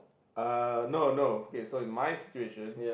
uh no no okay so in my situation